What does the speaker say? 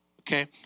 okay